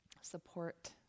support